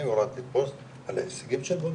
לא יודע אם ראיתי פוסט על ההישגים של מוניה,